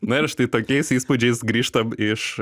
na ir štai tokiais įspūdžiais grįžtam iš